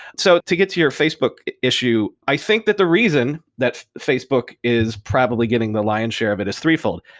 so to get to your facebook issue, i think that the reason that facebook is probably getting the lion's share of it is threefold.